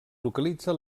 localitza